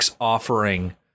offering